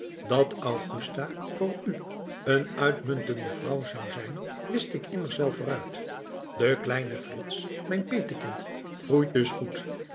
dat augusta voor u een uitmuntende vrouw zou zijn wist ik immers wel vooruit de kleine frits mijn petekind groeit dus goed